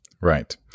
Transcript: Right